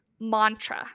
mantra